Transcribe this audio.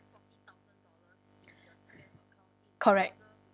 correct